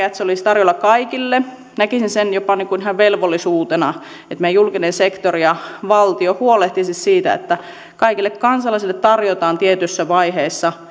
että se olisi tarjolla kaikille näkisin sen jopa niin kuin ihan velvollisuutena että meidän julkinen sektori valtio huolehtisi siitä että kaikille kansalaisille tarjotaan tietyssä